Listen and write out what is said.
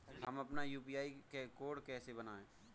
हम अपना UPI code कैसे बनाएँ?